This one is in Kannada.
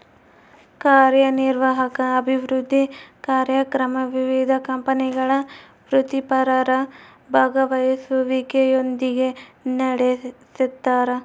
ಕಾರ್ಯನಿರ್ವಾಹಕ ಅಭಿವೃದ್ಧಿ ಕಾರ್ಯಕ್ರಮ ವಿವಿಧ ಕಂಪನಿಗಳ ವೃತ್ತಿಪರರ ಭಾಗವಹಿಸುವಿಕೆಯೊಂದಿಗೆ ನಡೆಸ್ತಾರ